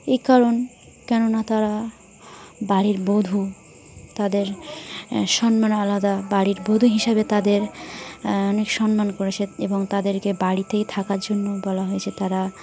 এই কারণ কেননা তারা বাড়ির বধূ তাদের সম্মান আলাদা বাড়ির বধূ হিসাবে তাদের অনেক সম্মান করেছে এবং তাদেরকে বাড়িতেই থাকার জন্য বলা হয়েছে তারা